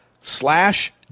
slash